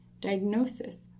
diagnosis